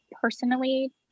personally